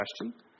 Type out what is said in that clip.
question